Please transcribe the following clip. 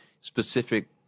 specific